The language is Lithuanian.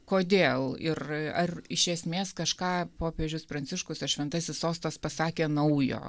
kodėl ir ar iš esmės kažką popiežius pranciškus ar šventasis sostas pasakė naujo